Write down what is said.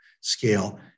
scale